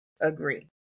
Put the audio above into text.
agree